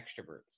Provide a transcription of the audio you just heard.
extroverts